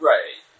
Right